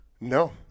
no